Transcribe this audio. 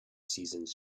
seasons